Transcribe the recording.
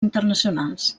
internacionals